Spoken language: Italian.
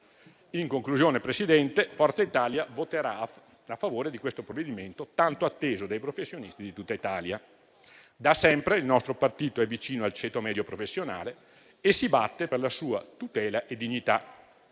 In conclusione, signor Presidente, Forza Italia voterà a favore di questo provvedimento tanto atteso dai professionisti di tutta Italia. Da sempre il nostro partito è vicino al ceto medio professionale e si batte per la sua tutela e la sua dignità.